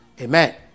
amen